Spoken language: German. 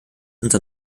unser